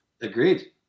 Agreed